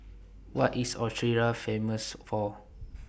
What IS Austria Famous For